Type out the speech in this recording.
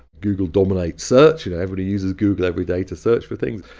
google dominates search. you know, everybody uses google everyday to search for things.